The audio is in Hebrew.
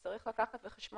אז צריך לקחת בחשבון